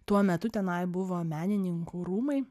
tuo metu tenai buvo menininkų rūmai